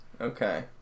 Okay